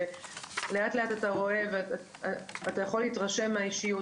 ולאט לאט אפשר להתרשם מהאישיות.